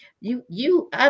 you—you